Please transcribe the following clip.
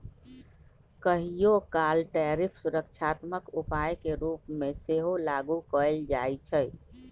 कहियोकाल टैरिफ सुरक्षात्मक उपाय के रूप में सेहो लागू कएल जाइ छइ